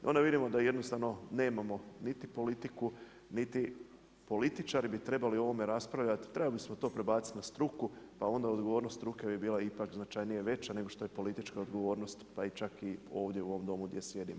Onda vidimo da jednostavno nemamo niti politiku, niti, političari bi trebali o ovome raspravljati, trebali smo to prebaciti na struku, a onda odgovornost struke bi bila ipak značajnije veća, nego što je politička odgovornost, pa čak i ovdje u ovom Domu gdje sjedimo.